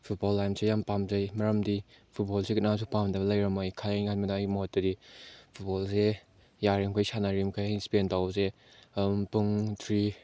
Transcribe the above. football ꯂꯥꯏꯟꯁꯦ ꯌꯥꯝ ꯄꯥꯝꯖꯩ ꯃꯔꯝꯗꯤ ꯐꯨꯠꯕꯣꯜꯁꯤ ꯀꯅꯥꯁꯨ ꯄꯥꯝꯗꯕ ꯂꯩꯔꯝꯃꯣꯏ ꯍꯜꯂꯤ ꯑꯩꯒꯤ ꯃꯣꯠꯇꯗꯤ ꯐꯨꯠꯕꯣꯜꯁꯦ ꯌꯥꯔꯤꯃꯈꯩ ꯁꯥꯟꯅꯔꯤꯃꯈꯩ ꯏꯁꯄꯦꯟ ꯇꯧꯕꯁꯦ ꯑꯗꯨꯝ ꯄꯨꯡ ꯊ꯭ꯔꯤ